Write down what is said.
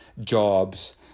jobs